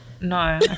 No